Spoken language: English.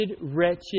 wretched